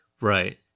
Right